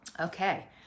Okay